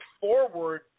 forward